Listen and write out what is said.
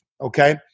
okay